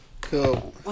cool